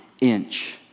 Inch